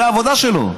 זאת העבודה שלו.